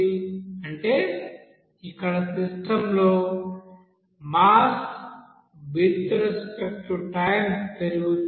అంటే ఇక్కడ సిస్టమ్ లో mass with respect to time పెరుగుతుంది